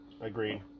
Agreed